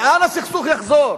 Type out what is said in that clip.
לאן הסכסוך יחזור?